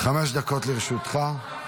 חמש דקות לרשותך.